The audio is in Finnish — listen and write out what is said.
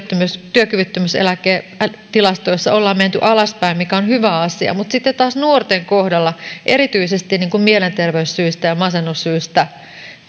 työkyvyttömyyseläketilastoissa ollaan menty alaspäin mikä on hyvä asia mutta sitten taas nuorten kohdalla erityisesti mielenterveyssyistä ja masennussyistä